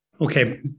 Okay